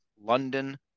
London